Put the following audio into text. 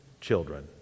children